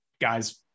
guys